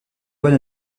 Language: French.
bonne